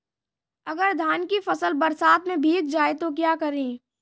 अगर धान की फसल बरसात में भीग जाए तो क्या करें?